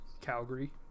Calgary